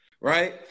Right